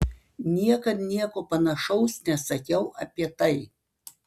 niekad nieko panašaus nesakiau apie tai